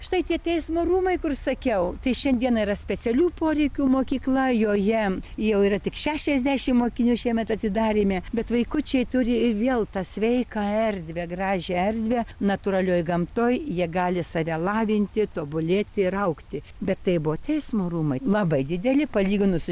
štai tie teismo rūmai kur sakiau tai šiandieną yra specialių poreikių mokykla joje jau yra tik šešiasdešim mokinių šiemet atidarėme bet vaikučiai turi vėl tą sveiką erdvę gražią erdvę natūralioj gamtoj jie gali save lavinti tobulėti ir augti bet tai buvo teismo rūmai labai dideli palyginus su